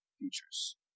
features